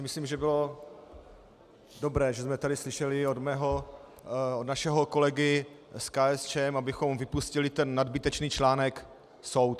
Myslím, že bylo dobré, že jsme tady slyšeli od našeho kolegy z KSČM, abychom vypustili ten nadbytečný článek soud.